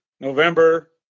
November